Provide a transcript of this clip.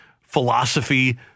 philosophy